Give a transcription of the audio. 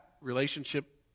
relationship